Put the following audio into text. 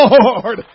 Lord